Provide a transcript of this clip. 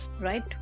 right